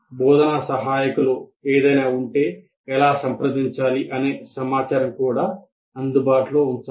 బోధనా సహాయకులు ఏదైనా ఉంటే ఎలా సంప్రదించాలి అనే సమాచారం కూడా అందుబాటులో ఉంచాలి